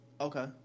Okay